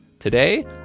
Today